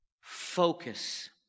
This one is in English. Focus